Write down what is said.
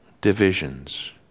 Divisions